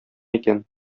икән